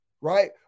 right